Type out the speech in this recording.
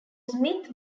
smith